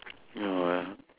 no ah